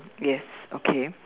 yes okay